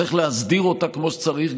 צריך להסדיר אותה כמו שצריך.